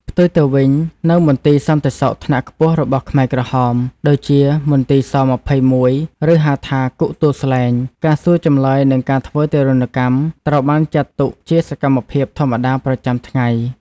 ផ្ទុយទៅវិញ នៅមន្ទីរសន្តិសុខថ្នាក់ខ្ពស់របស់ខ្មែរក្រហម ដូចជា មន្ទីរស-២១ ឬហៅថា គុកទួលស្លែង ការសួរចម្លើយនិងការធ្វើទារុណកម្ម ត្រូវបានចាត់ទុកជាសកម្មភាពធម្មតាប្រចាំថ្ងៃ។